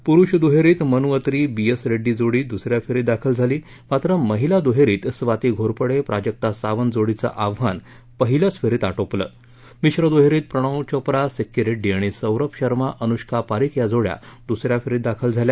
पुरुष दुहेरीत Manu Attri B S Reddy जोडी दुसऱ्या फेरीत दाखल झाली मात्र महिला दुहेरीत स्वाती घोरपडे प्राजक्ता सावि जोडीच आव्हान पहिल्याच फेरीत आध्याला मिश्र दुहेरीत प्रणव चोप्रा सिक्की रेड्डी आणि सौरभ शर्मा अनुष्का पारीख या जोड्या दुसऱ्या फेरीत दाखल झाल्या